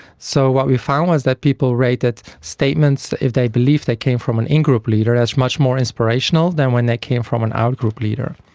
so what we found was that people rated statements if they believed they came from an in-group leader as much more inspirational than when they came from an out-group leader.